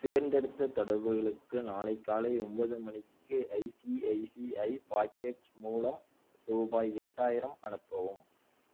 தேர்ந்தெடுத்த தொடர்புகளுக்கு நாளை காலை ஒன்பது மணிக்கு ஐசிஐசிஐ பாக்கெட்ஸ் மூலம் ரூபாய் எட்டாயிரம் அனுப்பவும்